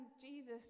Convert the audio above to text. Jesus